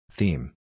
Theme